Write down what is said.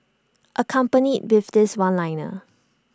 accompanied with this one liner